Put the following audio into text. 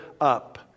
up